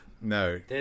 No